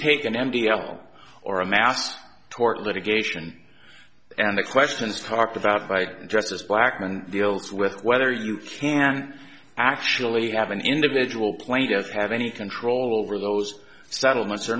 take an empty aisle or a mass tort litigation and the questions talked about by justice blackmun deals with whether you can actually have an individual players have any control over those settlements or